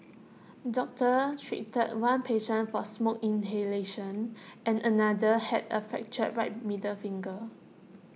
doctors treated one patient for smoke inhalation and another had A fractured right middle finger